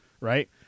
Right